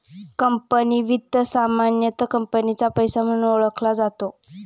company वित्त सामान्यतः कंपनीचा पैसा म्हणून ओळखला जातो